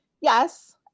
yes